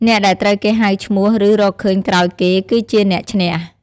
អ្នកដែលត្រូវគេហៅឈ្មោះ ឬ រកឃើញក្រោយគេគឺជាអ្នកឈ្នះ។